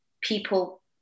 people